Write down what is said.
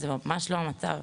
זה ממש לא המצב.